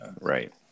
Right